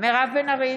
מירב בן ארי,